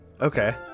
Okay